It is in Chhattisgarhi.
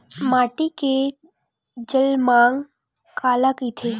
माटी के जलमांग काला कइथे?